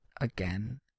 again